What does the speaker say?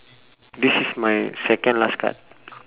this is my second last card